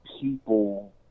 people